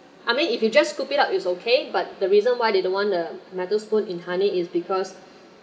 I mean if you just scoop it up is okay but the reason why they don't want the metal spoon in honey is because